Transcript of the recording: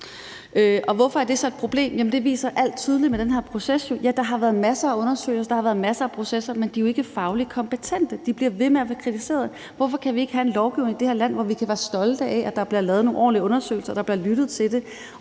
Hvorfor er det så et problem? Jamen det viser alt i den her proces jo tydeligt. Ja, der har været masser af undersøgelser, og der har været masser af processer, men de er jo ikke lavet fagligt kompetent. De bliver ved med at få kritik. Hvorfor kan vi ikke få en lovgivning i det her land, hvor vi kan være stolte af, at der bliver lavet nogle ordentlige undersøgelser, og at der bliver lyttet til dem,